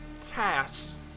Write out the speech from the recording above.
tasks